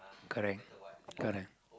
correct